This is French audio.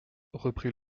reprit